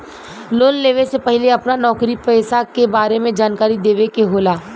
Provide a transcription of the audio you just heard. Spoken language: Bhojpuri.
लोन लेवे से पहिले अपना नौकरी पेसा के बारे मे जानकारी देवे के होला?